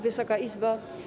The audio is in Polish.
Wysoka Izbo!